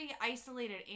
isolated